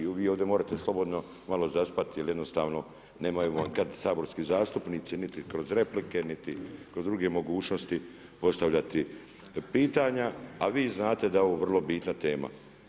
Vi ovdje možete slobodno malo zaspati jer jednostavno nemaju vam kad saborski zastupnici niti kroz replike niti kroz druge mogućnosti postavljati pitanja a vi znate da je ovo vrlo bitna tema.